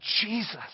Jesus